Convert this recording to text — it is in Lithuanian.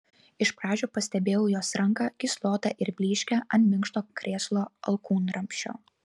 iš pradžių pastebėjau jos ranką gyslotą ir blyškią ant minkšto krėslo alkūnramsčio